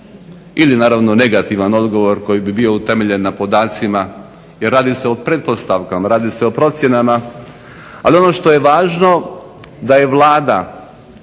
ili naravno negativan odgovor koji bi bio utemeljen na podacima, jer radi se o pretpostavkama radi se o procjenama. Ali ono što je važno da je Vlada